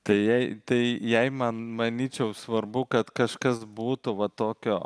tai jai tai jai man manyčiau svarbu kad kažkas būtų va tokio